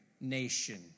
nation